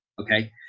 Okay